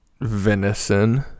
venison